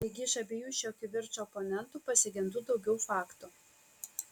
taigi iš abiejų šio kivirčo oponentų pasigendu daugiau faktų